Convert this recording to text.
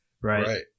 Right